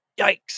Yikes